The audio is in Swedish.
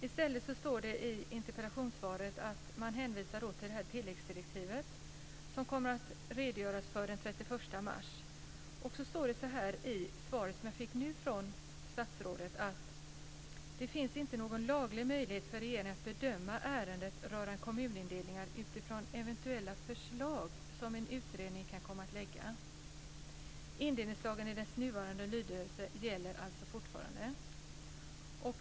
I stället står det i interpellationssvaret att man hänvisar till tilläggsdirektivet som kommer att redogöras för den 31 mars. Sedan står det så här i svaret som jag fick nu från statsrådet: "Det finns inte någon laglig möjlighet för regeringen att bedöma ärenden rörande kommunindelningar utifrån eventuella förslag som en utredning kan komma att lägga. Indelningslagen i dess nuvarande lydelse gäller alltså fortfarande."